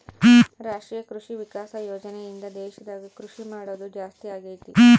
ರಾಷ್ಟ್ರೀಯ ಕೃಷಿ ವಿಕಾಸ ಯೋಜನೆ ಇಂದ ದೇಶದಾಗ ಕೃಷಿ ಮಾಡೋದು ಜಾಸ್ತಿ ಅಗೈತಿ